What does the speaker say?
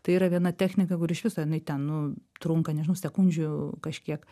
tai yra viena technika kuri iš viso jinai ten nu trunka nežinau sekundžių kažkiek